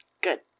Good